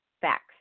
facts